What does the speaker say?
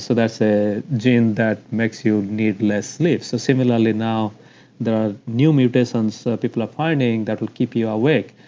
so that's a gene that makes you need less sleep. so similarly now the new mutations people are finding that will keep you awake.